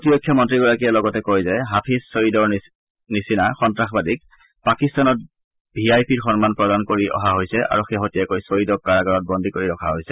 প্ৰতিৰক্ষা মন্নীগৰাকীয়ে লগতে কয় যে হাফিজ চৈয়দৰ লেখীয়া সন্তাসবাদীক পাকিস্তানত ভি আই পিৰ সন্মান প্ৰদান কৰি আহিছে আৰু শেহতীয়াকৈ ছ্য়ীদক কাৰাগাৰত বন্দী কৰি ৰখা হৈছে